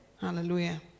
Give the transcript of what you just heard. Hallelujah